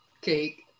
Cake